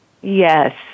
Yes